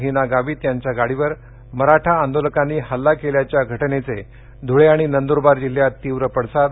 हिना गावित यांच्या गाडीवर मराठा आंदोलकांनी हल्ला केल्याच्या घटनेचे धुळे आणि नंद्रबार जिल्ह्यात तीव्र पडसाद